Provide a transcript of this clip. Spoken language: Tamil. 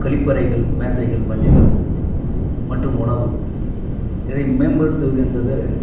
கழிப்பறைகள் மேஜைகள் பெஞ்சுகள் மற்றும் உணவு இதை மேம்படுத்துவது என்பது